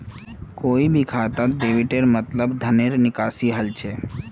कोई भी खातात डेबिटेर मतलब धनेर निकासी हल छेक